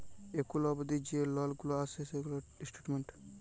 এখুল অবদি যে লল গুলা আসে সেগুলার স্টেটমেন্ট